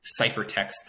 ciphertext